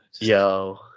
yo